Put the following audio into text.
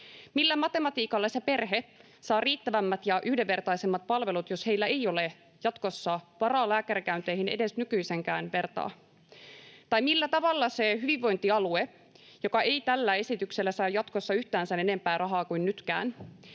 päänsä pinnalla, saa riittävämmät ja yhdenvertaisemmat palvelut, jos heillä ei ole jatkossa varaa lääkärikäynteihin edes nykyisenkään vertaa? Tai millä tavalla se hyvinvointialue, joka ei tällä esityksellä saa jatkossa yhtään sen enempää rahaa kuin nytkään,